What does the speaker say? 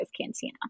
Cantina